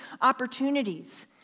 opportunities